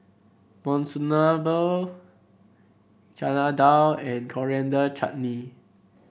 Monsunabe Chana Dal and Coriander Chutney